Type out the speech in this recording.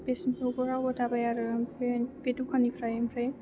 बे सेम्फुखौ रावबो दाबाय आरो बे दखाननिफ्राय आमफ्राय